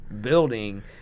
building